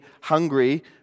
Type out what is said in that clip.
hungry